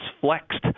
flexed